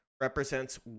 represents